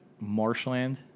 marshland